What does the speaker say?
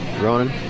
Ronan